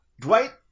Dwight